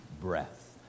breath